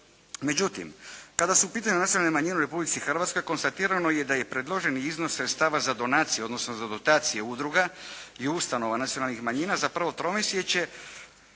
Međutim, kada su u pitanju nacionalne manjine u Republici Hrvatskoj konstatirano je da je predloženi iznos sredstava za donacije, odnosno za dotacije udruga i ustanova nacionalnih manjina, zapravo tromjesečje